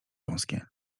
wąskie